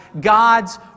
God's